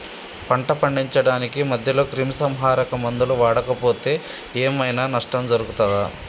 పంట పండించడానికి మధ్యలో క్రిమిసంహరక మందులు వాడకపోతే ఏం ఐనా నష్టం జరుగుతదా?